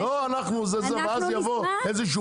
לא אנחנו זה זה ואז יבוא איזה שהוא